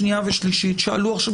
השנייה והקריאה השלישית שעלו עכשיו,